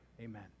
Amen